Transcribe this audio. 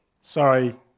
Sorry